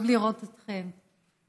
טוב לראות אתכם.